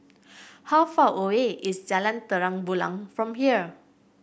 how far away is Jalan Terang Bulan from here